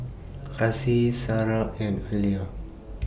Kasih Sarah and Alya